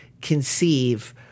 conceive